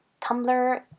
Tumblr